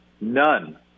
none